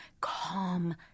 calm